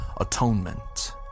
atonement